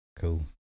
cool